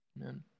Amen